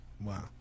Wow